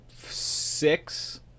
Six